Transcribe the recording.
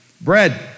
bread